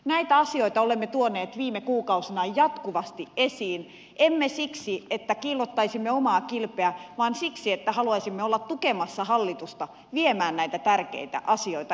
näitä asioita olemme tuoneet viime kuukausina jatkuvasti esiin emme siksi että kiillottaisimme omaa kilpeä vaan siksi että haluaisimme olla tukemassa hallitusta viemään näitä tärkeitä asioita eteenpäin